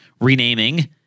renaming